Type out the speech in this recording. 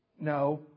No